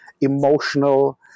emotional